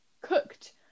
cooked